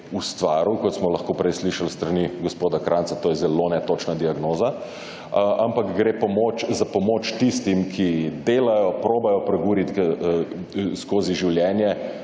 ustvaril, kot smo lahko prej slišali s strani gospoda Kranjca, to je zelo netočna diagnoza, ampak gre za pomoč tistim, ki delajo, probajo preguriti skozi življenje,